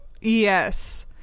Yes